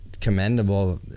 commendable